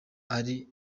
ari